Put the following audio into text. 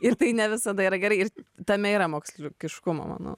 ir tai ne visada yra gerai ir tame yra moksliukiškumo nu